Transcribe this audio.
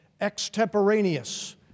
Extemporaneous